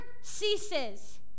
ceases